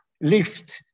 lift